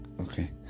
okay